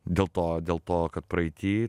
dėl to dėl to kad praeity